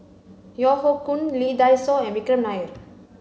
Yeo Hoe Koon Lee Dai Soh and Vikram Nair